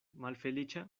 malfeliĉa